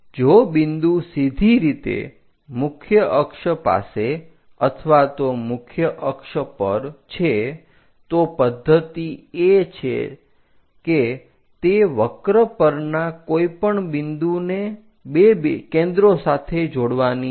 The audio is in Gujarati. જો બિંદુ સીધી રીતે મુખી અક્ષ પાસે અથવા તો મુખી અક્ષ પર છે તો પદ્ધતિ એ તે વક્ર પરના કોઈપણ બિંદુને બે કેન્દ્રો સાથે જોડવાની છે